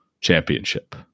championship